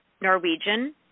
Norwegian